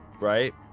right